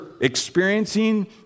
experiencing